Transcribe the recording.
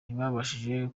ntibabashije